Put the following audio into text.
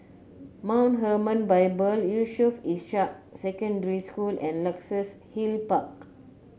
Mount Hermon Bible Yusof Ishak Secondary School and Luxus Hill Park